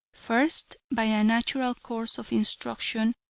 first, by a natural course of instruction,